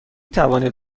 توانید